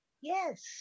Yes